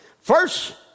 First